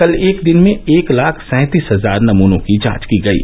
कल एक दिन में एक लाख सैंतीस हजार नमूनों की जांच की गयी